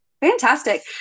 Fantastic